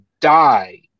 die